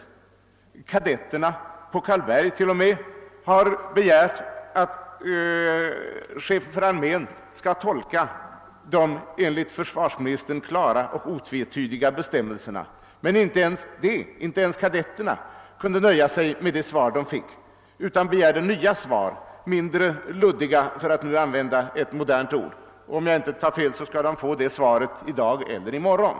T. o. m. kadetterna på Karlberg har begärt att chefen för armén skall tolka de enligt försvarsministern klara och otvetydiga bestämmelserna. Men inte ens kadetterna kunde nöja sig med de svar de fick utan begärde nya, mindre luddiga svar för att använda ett modernt ord. Om jag inte tar fel skall de få detta svar i dag eller i morgon.